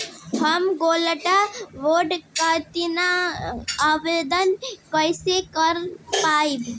हम gold bond करतिं आवेदन कइसे कर पाइब?